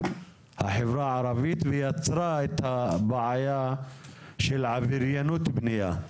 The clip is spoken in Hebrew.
החברה הערבית יצרה את הבעיה של עבריינות בנייה,